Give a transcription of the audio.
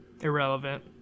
irrelevant